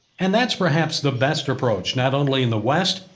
and that's perhaps the best approach, not only in the west,